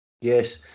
Yes